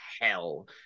hell